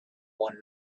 one